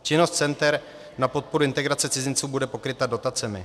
Činnost center na podporu integrace cizinců bude pokryta dotacemi.